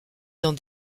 dans